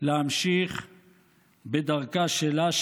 להמשיך בדרכה שלה,